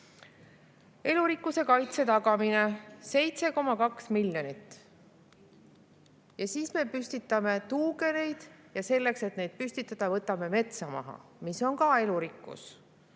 Elurikkuse kaitse tagamine: 7,2 miljonit. Ja siis me püstitame tuugeneid, aga selleks, et neid püstitada, võtame maha metsa, mis on ka elurikkus.